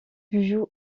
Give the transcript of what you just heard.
joue